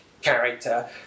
character